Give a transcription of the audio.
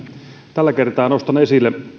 tällä kertaa nostan esille